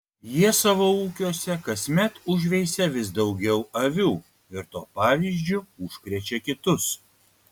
jie savo ūkiuose kasmet užveisia vis daugiau avių ir tuo pavyzdžiu užkrečia kitus